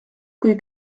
kui